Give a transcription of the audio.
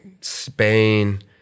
Spain